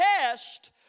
test